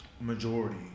majority